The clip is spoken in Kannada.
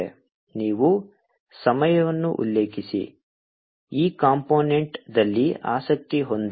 ನೀವು ಸಮಯವನ್ನು ಉಲ್ಲೇಖಿಸಿ 2856 ಈ ಕಂಪೋನೆಂಟ್ದಲ್ಲಿ ಆಸಕ್ತಿ ಹೊಂದಿಲ್ಲ